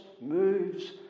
moves